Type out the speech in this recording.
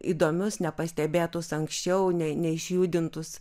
įdomius nepastebėtus anksčiau ne neišjudintus